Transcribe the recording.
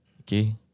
Okay